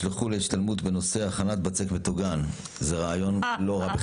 הצבעה ההסתייגות לא נתקבלה ההסתייגות לא התקבלה.